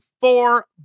four